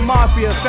Mafia